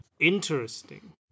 Interesting